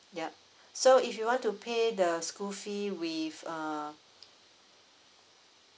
yup so if you want to pay the school fee with uh